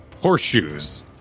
horseshoes